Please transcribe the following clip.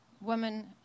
women